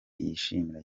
yishimira